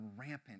rampant